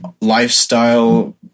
lifestyle